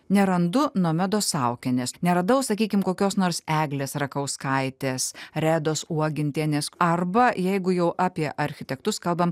nerandu nomedos saukienės neradau sakykim kokios nors eglės rakauskaitės redos uogintienės arba jeigu jau apie architektus kalbam